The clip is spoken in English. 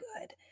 good